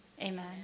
Amen